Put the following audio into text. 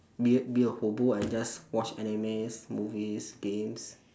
be be a hobo and just watch animes movies games